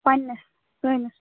پنٕنِس سٲنِس